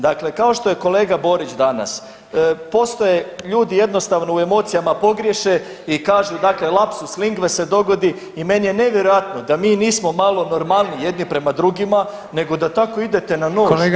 Dakle, kao što je kolega Borić danas postoje ljudi jednostavno u emocijama pogriješe i kažu dakle lapsus lingue se dogodi i meni je nevjerojatno da mi nismo malo normalniji jedni prema drugima, nego da tako idete na nož.